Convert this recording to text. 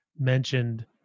mentioned